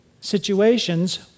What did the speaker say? situations